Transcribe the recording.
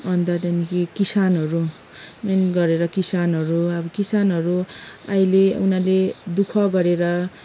अन्त त्यहाँदेखि किसानहरू मेन गरेर किसानहरू अब किसानहरू अहिले उनीहरूले दु ख गरेर